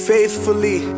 Faithfully